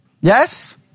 Yes